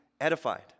edified